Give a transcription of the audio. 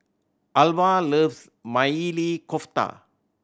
Alvah loves Maili Kofta